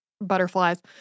butterflies